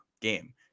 game